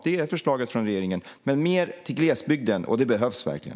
Det är förslaget från regeringen. Med mer till glesbygden, och det behövs verkligen.